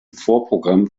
vorprogramm